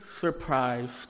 surprised